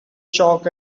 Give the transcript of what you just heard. chalk